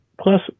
Plus